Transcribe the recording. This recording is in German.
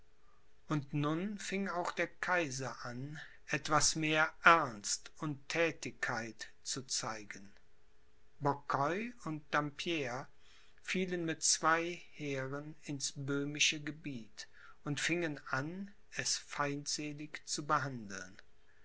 und nun fing auch der kaiser an etwas mehr ernst und thätigkeit zu zeigen boucquoi und dampierre fielen mit zwei heeren ins böhmische gebiet und fingen an es feindselig zu behandeln